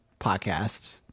podcast